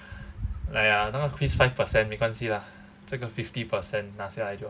!aiya! 那个 quiz five percent 没关系 lah 这个 fifty percent 那下来就好